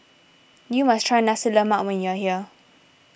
you must try Nasi Lemak when you are here